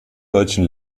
deutschen